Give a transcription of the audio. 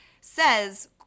says